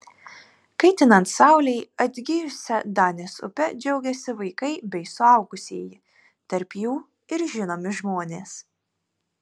kaitinant saulei atgijusia danės upe džiaugiasi vaikai bei suaugusieji tarp jų ir žinomi žmonės